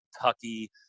Kentucky